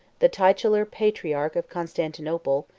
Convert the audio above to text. the titular patriarch of constantinople,